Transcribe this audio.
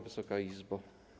Wysoka Izbo!